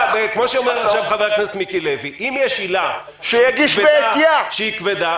אז כמו שאומר עכשיו חבר הכנסת מיקי לוי אם יש עילה --- שהיא כבדה,